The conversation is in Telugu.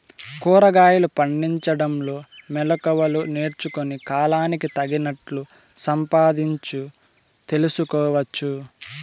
కూరగాయలు పండించడంలో మెళకువలు నేర్చుకుని, కాలానికి తగినట్లు సంపాదించు తెలుసుకోవచ్చు